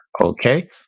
Okay